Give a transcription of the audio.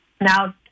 Now